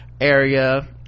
area